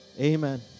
Amen